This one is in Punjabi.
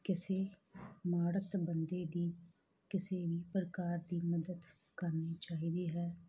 ਕਿਸੇ ਮਾਤੜ ਬੰਦੇ ਦੀ ਕਿਸੇ ਵੀ ਪ੍ਰਕਾਰ ਦੀ ਮੱਦਦ ਕਰਨੀ ਚਾਹੀਦੀ ਹੈ